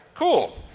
Cool